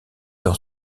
dans